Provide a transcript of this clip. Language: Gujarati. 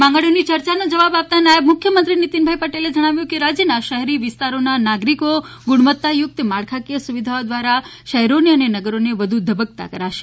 માંગણીઓની ચર્ચાનો જવાબ આપતા નાયબ મુખ્યમંત્રી નિતીન પટેલે જણાવ્યુ હતુ કે રાજયના શહેરી વિસ્તારોના નાગિરીકો ગુણવતાયુકત માળખાકીય સુવિધાઓ દ્વારા શહેરોને અને નગરોને વધુ ધબકતા કરાશે